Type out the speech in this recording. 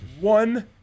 one